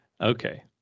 Okay